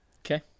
Okay